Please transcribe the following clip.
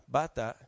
bata